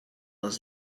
les